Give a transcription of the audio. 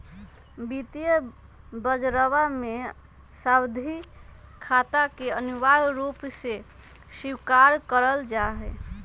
वित्तीय बजरवा में सावधि खाता के अनिवार्य रूप से स्वीकार कइल जाहई